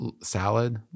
salad